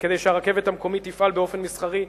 וכדי שהרכבת המקומית תפעל באופן מסחרי,